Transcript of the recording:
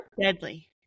Deadly